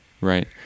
right